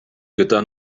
gyda